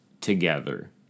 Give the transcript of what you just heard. together